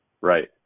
Right